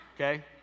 okay